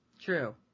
True